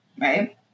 right